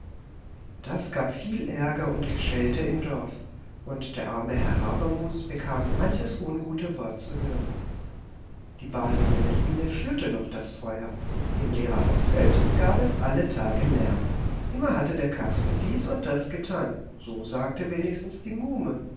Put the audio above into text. das gab viel ärger und geschelte im dorf und der arme herr habermus bekam manches ungute wort zu hören die base mummeline schürte noch das feuer im lehrerhaus selbst gab es alle tage lärm immer hatte kasper dies und das getan so sagte wenigstens die muhme